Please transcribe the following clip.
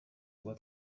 kuba